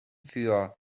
für